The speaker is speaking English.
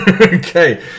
Okay